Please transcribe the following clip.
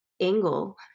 angle